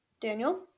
Daniel